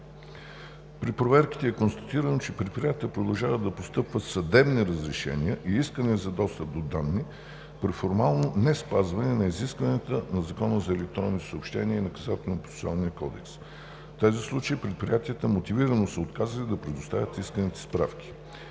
При проверките е констатирано, че в предприятията продължават да постъпват съдебни разпореждания и искания за достъп до данни при формално неспазване на изискванията на Закона за електронните съобщения и Наказателно-процесуалния кодекс. В тези случаи предприятията мотивирано са отказвали да предоставят исканите справки.